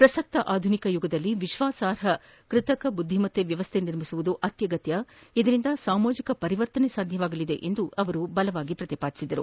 ಪ್ರಸಕ್ತ ಆಧುನಿಕ ಯುಗದಲ್ಲಿ ವಿಶ್ವಾಸಾರ್ಹ ಕೃತಕ ಬುದ್ಧಿಮತ್ತೆ ವ್ಯವಸ್ಥೆ ನಿರ್ಮಿಸುವುದು ಅತ್ಯಗತ್ಯ ಎಂದ ಸಚಿವರು ಇದರಿಂದ ಸಾಮಾಜಿಕ ಪರಿವರ್ತನೆ ಸಾಧ್ಯವಾಗಲಿದೆ ಎಂದು ಪ್ರತಿಪಾದಿಸಿದರು